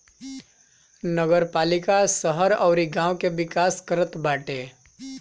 नगरपालिका शहर अउरी गांव के विकास करत बाटे